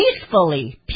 peacefully